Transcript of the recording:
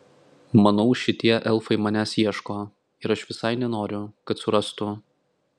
manau šitie elfai manęs ieško ir aš visai nenoriu kad surastų